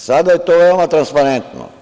Sada je to veoma transparentno.